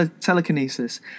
telekinesis